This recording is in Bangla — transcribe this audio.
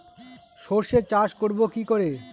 সর্ষে চাষ করব কি করে?